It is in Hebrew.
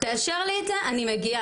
תאשר לי את זה, אני מגיעה.